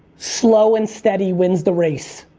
slow and steady wins the race.